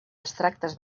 extractes